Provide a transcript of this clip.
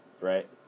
right